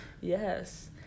Yes